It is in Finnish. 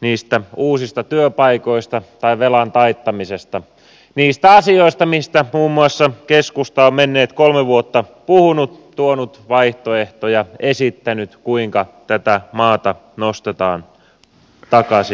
niistä uusista työpaikoista tai velan taittamisesta niistä asioista joista muun muassa keskusta on menneet kolme vuotta puhunut tuonut vaihtoehtoja esittänyt kuinka tätä maata nostetaan takaisin pystyyn